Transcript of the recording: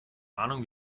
ahnung